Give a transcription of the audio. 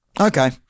Okay